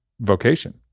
vocation